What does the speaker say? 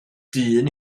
dyn